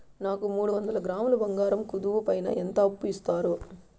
నాకు మూడు వందల గ్రాములు బంగారం కుదువు పైన ఎంత అప్పు ఇస్తారు?